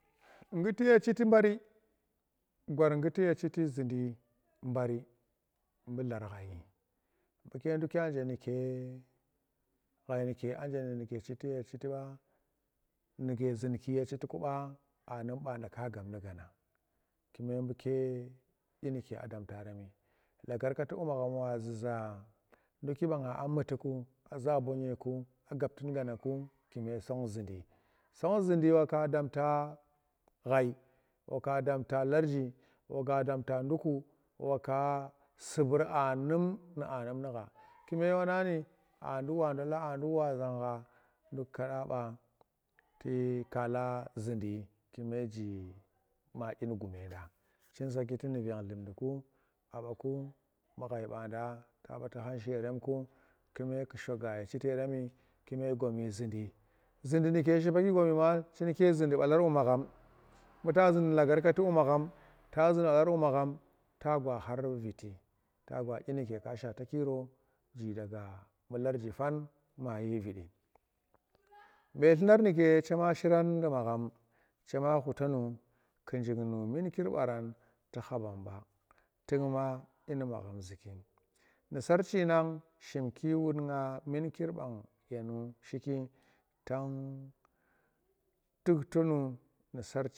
Ngguti ye chiti bari gor ngguti ye chiti tumdi bularghai buke dukya nje nuke ghai nuke anje nuke ghai nuke anje nuke chiti ye chiti ba nuke zimti ye chiti guba aanum banda ka gab nu gana kume buke dyine ke dabareni lagargatir bu magham wa zuza nduki banga a muti ku a za bonyeku kume song zunndii, song zundi nuka damta ghai waka damta larji waka damta ndukku waka subur anum nu anum nugha kume waangi a nduk wa ndola a ndukl wa si shangha nduk kada ba tu kala zundi kume jii ma dyin gume da chine saki tu nu vang dlundi ku abaku bu ghai banda tu da ba tu khang sheremku gomi zundi, zundi nuke shipaki gomi ma nake zundi bakar bu magham buta zun lagar gati bu magham ta zun khar bu magham ta gwa khar viti tagwa dyine ka shata ji daga bu larji fan mayi vidi be ldurar nuke chema shiran nu maghan chema khutonu njig nu munkir baran tu kha bamba tuk ma dyini magham zuki nu sarchi nang shimki wut nga munkir bag yeu shiki tag tuk tou nu.